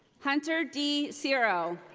hunter d. cero.